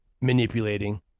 manipulating